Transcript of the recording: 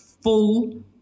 full